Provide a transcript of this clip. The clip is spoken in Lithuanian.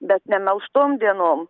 bet ne melžtom dienom